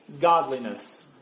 godliness